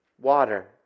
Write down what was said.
water